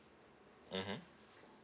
mmhmm